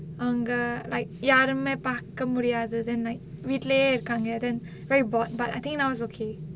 அவங்க:avanga like யாருமே பாக்கமுடியாதத:yaarumae paakkamudiyaathatha then like வீட்லயே இருகாங்க:veetlaye irukkaanga then very bored but I think now is okay